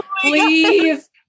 please